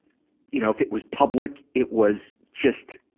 you know, if it was public, it was just,